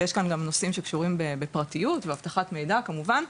ויש כאן גם נושאים שקשורים בפרטיות ואבטחת מידע כמובן,